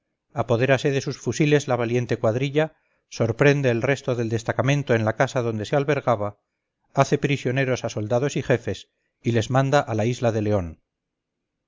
son exterminados apodérase de sus fusiles la valiente cuadrilla sorprende el resto del destacamento en la casa donde se albergaba hace prisioneros a soldados y jefes y les manda a la isla de león